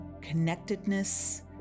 connectedness